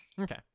Okay